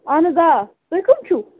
اَہن حظ آ تُہۍ کَم چھُو